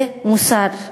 זה מוסר.